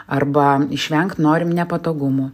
arba išvengt norim nepatogumų